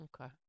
Okay